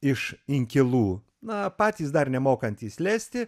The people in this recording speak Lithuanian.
iš inkilų na patys dar nemokantys lesti